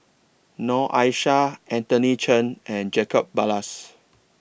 Noor Aishah Anthony Chen and Jacob Ballas